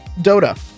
dota